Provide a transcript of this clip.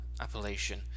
Appellation